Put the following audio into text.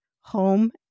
home